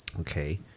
Okay